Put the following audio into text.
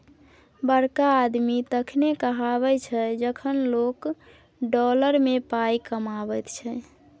बड़का आदमी तखने कहाबै छै जखन लोक डॉलर मे पाय कमाबैत छै